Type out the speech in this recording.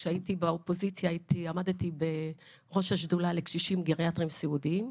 כשהייתי באופוזיציה עמדתי בראש השדולה לקשישים גריאטריים סיעודיים.